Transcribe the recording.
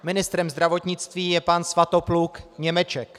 Ministrem zdravotnictví je pan Svatopluk Němeček.